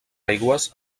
aigües